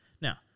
Now